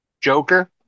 Joker